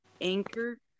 anchor